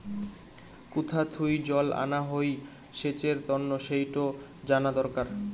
কুথা থুই জল আনা হই সেচের তন্ন সেইটো জানা দরকার